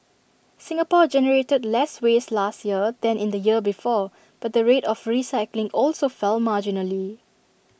Singapore generated less waste last year than in the year before but the rate of recycling also fell marginally